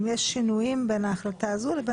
אם יש שינויים בין ההחלטה הזו לבין